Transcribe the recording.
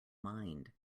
mind